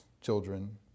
children